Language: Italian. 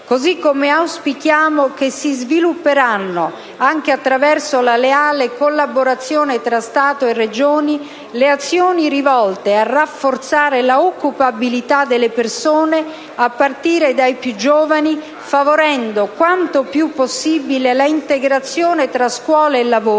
Così come auspichiamo che si svilupperanno, anche attraverso la leale collaborazione tra Stato e Regioni, le azioni rivolte a rafforzare l'occupabilità delle persone, a partire dai più giovani, favorendo quanto più possibile l'integrazione tra scuola e lavoro,